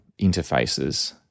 interfaces